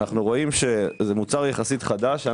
רואים שזה מוצר יחסית חדש.